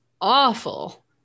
awful